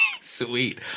sweet